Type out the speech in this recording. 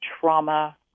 trauma